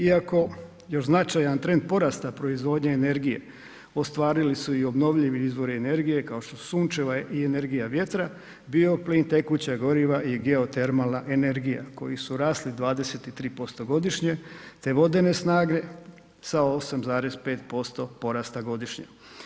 Iako još značajan trend porasta proizvodnje energije ostvarili su i obnovljivi izvori energije, kao što su sunčeva i energija vjetra, bioplih, tekuća goriva i geotermalna energija, koji su rasli 23% godišnje te vodene snage sa 8,5% porasta godišnje.